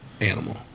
animal